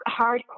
hardcore